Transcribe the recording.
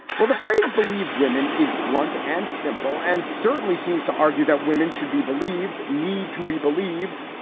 well, the phrase believe women is blunt and simple, and certainly seems to argue that women should be believed. need to be believed.